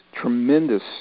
tremendous